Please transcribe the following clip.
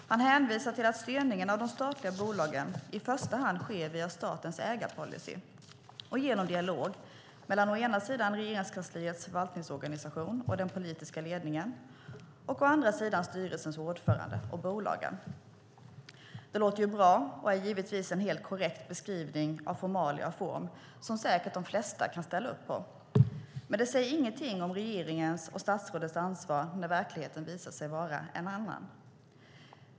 Han hänvisar till att styrningen av de statliga bolagen i första hand sker via statens ägarpolicy och genom dialog mellan å ena sidan Regeringskansliets förvaltningsorganisation och den politiska ledningen och å andra sidan styrelsens ordförande och bolagen. Detta låter bra och är givetvis en helt korrekt beskrivning av formalia som de flesta säkert kan ställa sig bakom. Men det säger ingenting om regeringens och statsrådets ansvar när verkligheten visar sig vara en annan.